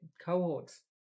cohorts